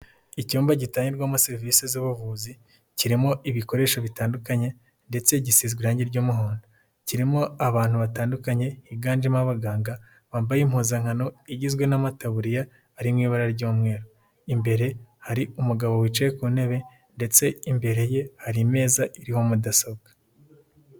Icyumba gitangirwamo serivisi z'ubuvuzi kirimo ibikoresho bitandukanye ndetse gisizwe irange ry'umuhondo, kirimo abantu batandukanye higanjemo abaganga bambaye impuzankano igizwe n'amataburiya ari mu ibara ry'umweru, imbere hari umugabo wicaye ku ntebe ndetse imbere ye hari imeza iriho mudasobwa.